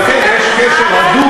ולכן יש לזה קשר הדוק,